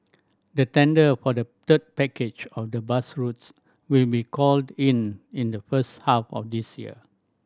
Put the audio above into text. the tender for the third package of the bus routes will be called in in the first half of this year